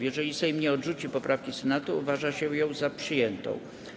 Jeżeli Sejm nie odrzuci poprawki Senatu, uważa się ją za przyjętą.